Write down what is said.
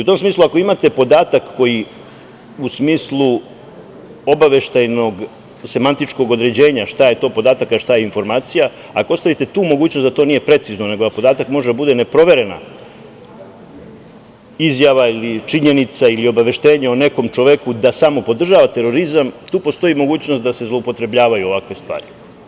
U tom smislu, ako imate podatak koji u smislu obaveštajnog semantičkog određenja šta je to podatak a šta je informacija, ako ostavite tu mogućnost da to nije precizno nego da podatak može da bude neproverena izjava ili činjenica ili obaveštenje o nekom čoveku da samo podržava terorizam, tu postoji mogućnost da se zloupotrebljavaju ovakve stvari.